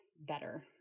better